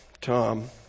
Tom